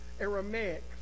Aramaic